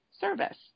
service